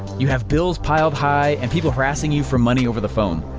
you have bills piled high and people harassing you for money over the phone.